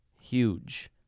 huge